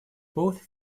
both